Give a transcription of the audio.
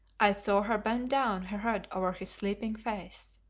i saw her bend down her head over his sleeping face.